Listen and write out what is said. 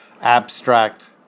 abstract